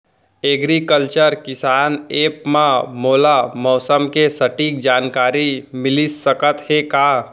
Agriculture किसान app मा मोला मौसम के सटीक जानकारी मिलिस सकत हे का?